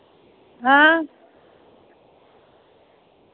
हां